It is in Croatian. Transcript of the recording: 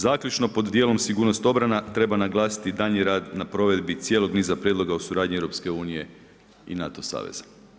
Zaključno pod dijelom sigurnost obrana treba naglasiti daljnji rad na provedbi cijelog niza prijedloga o suradnji EU i NATO saveza.